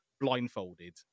blindfolded